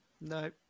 No